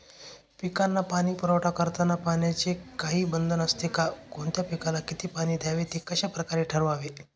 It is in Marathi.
पिकांना पाणी पुरवठा करताना पाण्याचे काही बंधन असते का? कोणत्या पिकाला किती पाणी द्यावे ते कशाप्रकारे ठरवावे?